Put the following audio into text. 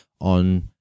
on